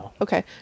Okay